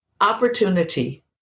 opportunity